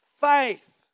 faith